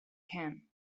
can